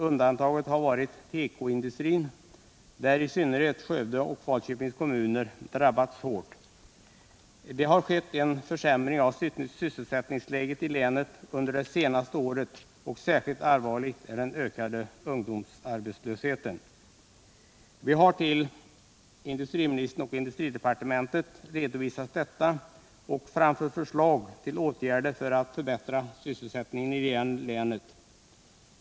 Undantaget har varit tekoindustrin, där i synnerhet Skövde och Falköpings kommuner drabbats hårt. Det har skett en försämring av sysselsättningsläget i länet under det senaste året, och särskilt allvarlig är den ökade ungdomsarbetslösheten. Vi har till industriministern och industridepartementet redovisat detta och framfört förslag till åtgärder för att förbättra sysselsättningen i länet.